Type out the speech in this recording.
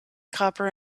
copper